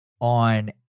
on